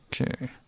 okay